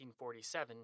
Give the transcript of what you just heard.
1947